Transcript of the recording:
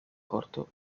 corto